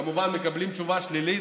כמובן מקבלים תשובה שלילית.